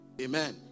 Amen